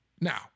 Now